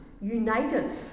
united